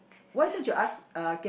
why don't you ask uh